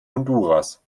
honduras